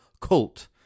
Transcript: cult